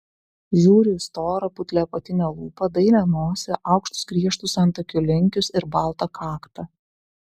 žiūri į storą putlią apatinę lūpą dailią nosį aukštus griežtus antakių linkius ir baltą kaktą